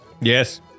yes